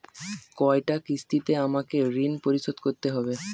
কয়টা কিস্তিতে আমাকে ঋণ পরিশোধ করতে হবে?